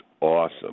awesome